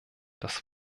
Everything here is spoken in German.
das